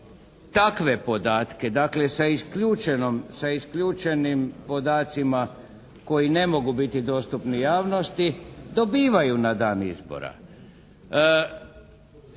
takve podatke dakle, sa isključenim podacima koji ne mogu biti dostupni javnosti dobivaju na dan izbora.